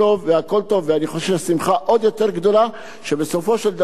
שבסופו של דבר גם הכבאים חתמו על ההסכם,